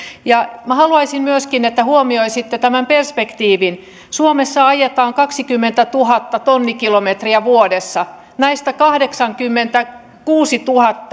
minä haluaisin myöskin että huomioisitte tämän perspektiivin suomessa ajetaan kaksikymmentätuhatta tonnikilometriä vuodessa näistä kahdeksankymmentäkuusi